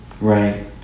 right